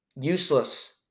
Useless